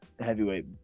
heavyweight